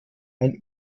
ein